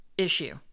Issue